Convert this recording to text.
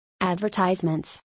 Advertisements